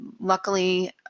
luckily